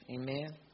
Amen